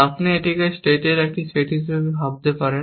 আপনি এটিকে স্টেটের একটি সেট হিসাবে ভাবতে পারেন